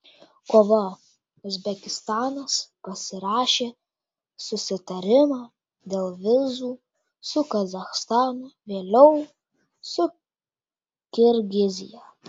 kovą uzbekistanas pasirašė susitarimą dėl vizų su kazachstanu vėliau su kirgizija